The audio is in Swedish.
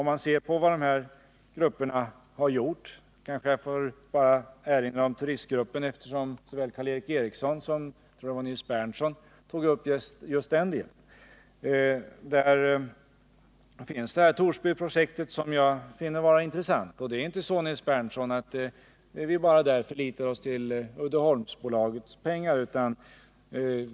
Om man ser på vad dessa grupper har gjort — jag kanske här bara får erinra om turistgruppen, eftersom såväl Karl Erik Eriksson som Nils Berndtson tog upp just den delen — finns Torsbyprojektet, vilket jag finner vara mycket intressant. Det är dock inte så, Nils Berndtson, att vi där bara förlitar oss till Uddeholmsbolagets pengar.